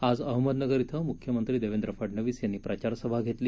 आज अहमदनगर इथं मुख्यमंत्री देवेंद्र फडनवीस यांनी प्रचारसभा घेतली